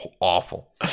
awful